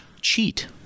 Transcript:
cheat